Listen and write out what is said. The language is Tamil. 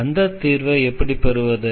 அந்தத் தீர்வை எப்படி பெறுவது